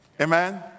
Amen